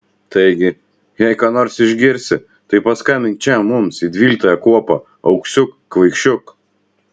taigi jei ką nors išgirsi tai paskambink čia mums į dvyliktąją kuopą auksiuk kvaišiuk